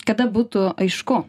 kada būtų aišku